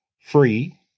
free